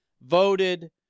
voted